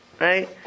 right